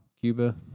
Cuba